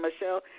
Michelle